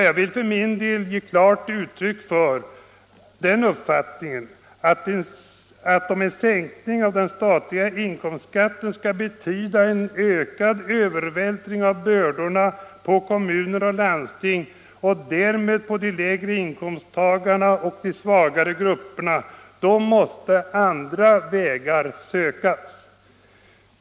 För min del vill jag ge klart uttryck för uppfattningen, att om en sänkning av den statliga inkomstskatten betyder en ökad övervältring av bördorna på kommuner och landsting och därmed på de lägre inkomsttagarna och de svagare grupperna, då måste andra vägar sökas.